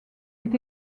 est